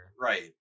Right